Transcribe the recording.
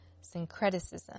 syncretism